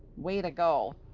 way to go!